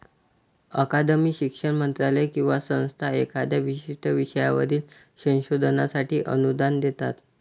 अकादमी, शिक्षण मंत्रालय किंवा संस्था एखाद्या विशिष्ट विषयावरील संशोधनासाठी अनुदान देतात